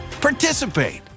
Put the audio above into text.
participate